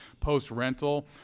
post-rental